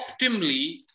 optimally